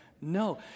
No